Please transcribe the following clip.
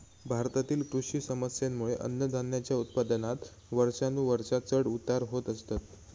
भारतातील कृषी समस्येंमुळे अन्नधान्याच्या उत्पादनात वर्षानुवर्षा चढ उतार होत असतत